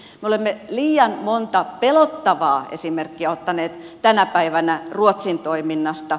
me olemme liian monta pelottavaa esimerkkiä ottaneet tänä päivänä ruotsin toiminnasta